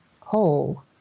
whole